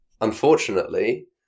unfortunately